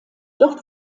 dort